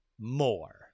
more